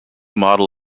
model